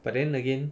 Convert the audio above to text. but then again